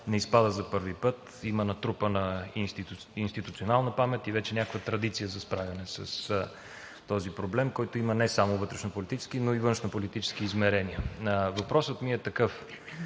не изпада за първи път, има натрупана институционална памет и вече някаква традиция за справяне с този проблем, който има не само вътрешнополитически, но и външнополитически измерения. Въпросът ми е такъв: